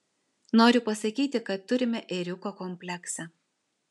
noriu pasakyti kad turime ėriuko kompleksą